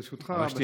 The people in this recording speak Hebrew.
ברשותך.